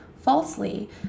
falsely